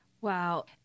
Wow